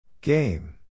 Game